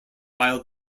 while